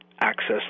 access